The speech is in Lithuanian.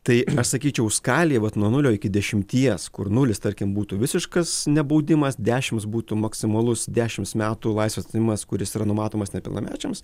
tai aš sakyčiau skalėj vat nuo nulio iki dešimties kur nulis tarkim būtų visiškas nebaudimas dešims būtų maksimalus dešims metų laisvės atėmimas kuris yra numatomas nepilnamečiams